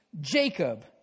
Jacob